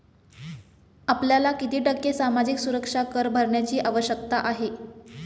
आपल्याला किती टक्के सामाजिक सुरक्षा कर भरण्याची आवश्यकता आहे?